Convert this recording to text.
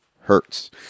Hertz